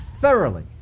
thoroughly